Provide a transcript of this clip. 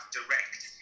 direct